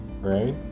right